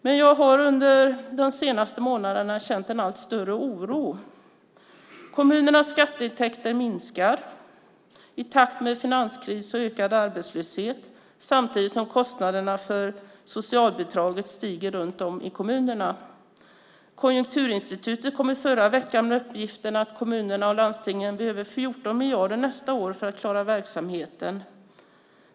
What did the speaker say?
Men jag har under de senaste månaderna känt en allt större oro. Kommunernas skatteintäkter minskar i takt med finanskrisen och ökad arbetslöshet samtidigt som kostnaderna för socialbidragen stiger runt om i kommunerna. Konjunkturinstitutet kom i förra veckan med uppgiften att kommunerna och landstingen nästa år behöver 14 miljarder för att klara verksamheten.